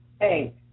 hey